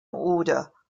order